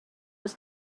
was